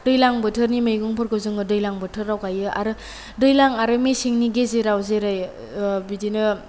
दैलां बोथोरनि मैगंफोरखौ जोङो दैलां बोथोराव गायो आरो दैलां आरो मेसेंनि गेजेराव जेरै बिदिनो